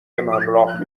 همراه